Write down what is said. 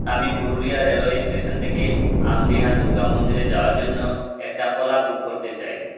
আমি Purulia railway station থেকে আমদিয়া দুর্গামন্দিরে যাওয়ার জন্য একটা ওলা বুক করতে চাই